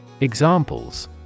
Examples